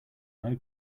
low